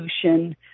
solution